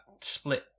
split